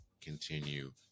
continue